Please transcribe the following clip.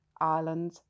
Ireland